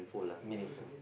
meaningful